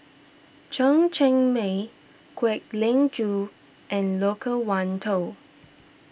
Chen Cheng Mei Kwek Leng Joo and Loke Wan Tho